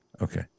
okay